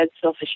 selfish